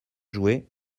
jouer